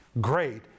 great